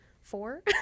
Four